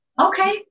Okay